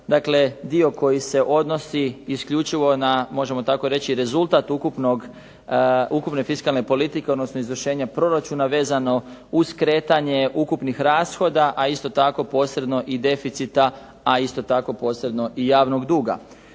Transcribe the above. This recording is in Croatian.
bio koji se odnosi isključivo na, možemo tako reći, rezultat ukupne fiskalne politike odnosno izvršenja proračuna vezano uz kretanje ukupnih rashoda, a isto tako i posredno i deficita, a isto tako posredno i javnog duga.